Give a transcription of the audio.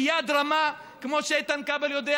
ביד רמה כמו שאיתן כבל יודע.